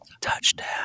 Touchdown